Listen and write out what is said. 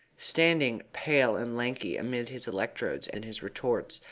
standing, pale and lanky, amid his electrodes and his retorts,